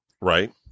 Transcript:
Right